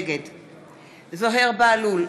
נגד זוהיר בהלול,